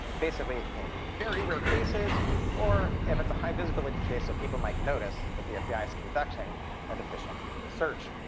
basically, in very rare cases or if it's a high-visibility case so people might notice that the fbi is conducting a deficient search.